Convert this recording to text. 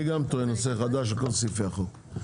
אני גם טוען נושא חדש לכל סעיפי החוק.